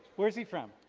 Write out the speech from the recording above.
where's he from?